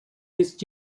this